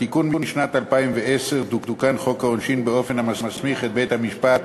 בתיקון משנת 2010 תוקן חוק העונשין באופן שמסמיך את בית-המשפט